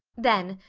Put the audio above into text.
then,